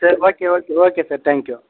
சரி okay okay okay sir thank you